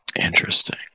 Interesting